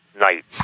night